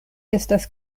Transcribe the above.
estas